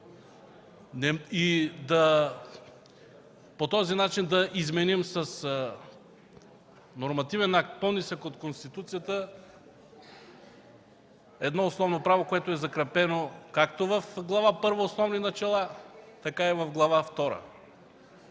и по този начин да изменим с нормативен акт, по-нисък от Конституцията, едно основно право, което е закрепено както в Глава първа „Основни начала”, така и в Глава втора.